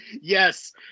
Yes